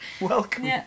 Welcome